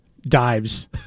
dives